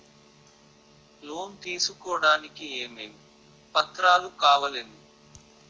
Loan తీసుకోడానికి ఏమేం పత్రాలు కావలెను?